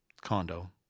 condo